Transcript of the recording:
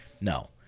No